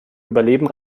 überleben